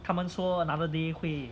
他们说 another day 会